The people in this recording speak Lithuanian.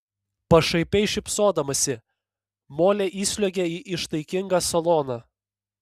pašaipiai šypsodamasi molė įsliuogė į ištaigingą saloną